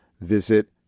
visit